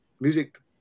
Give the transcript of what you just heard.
music